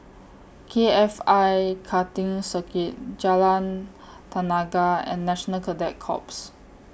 K F I Karting Circuit Jalan Tenaga and National Cadet Corps